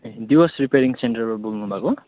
दिवस रिपेयरिङ सेन्टरबाट बोल्नु भएको